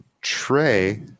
Trey